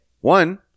one